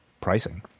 pricing